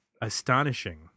astonishing